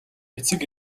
эцэг